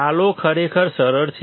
ખ્યાલો ખરેખર સરળ છે